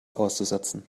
auszusetzen